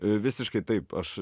visiškai taip aš